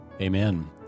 Amen